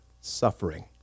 suffering